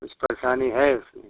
कुछ परेशानी है उसमें